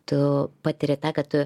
tu patiri tą kad tu